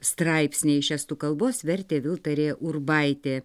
straipsniai iš estų kalbos vertė viltarė urbaitė